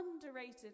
underrated